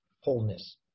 wholeness